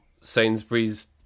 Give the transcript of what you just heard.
sainsbury's